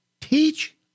Teach